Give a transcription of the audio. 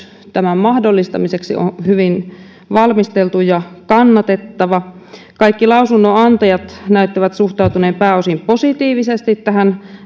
tämän mahdollistamiseksi on hyvin valmisteltu ja kannatettava kaikki lausunnonantajat näyttävät suhtautuneen pääosin positiivisesti tähän